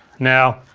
now,